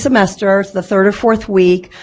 semester, the third or fourth week,